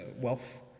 wealth